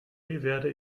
werde